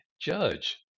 judge